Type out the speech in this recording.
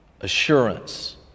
assurance